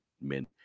men